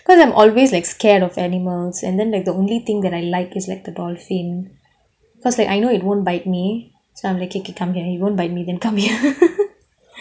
because I'm always like scared of animals and then like the only thing that I like is like the dolphin because like I know it won't bite me so I'm K K come here you won't buy me then come here